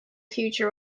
future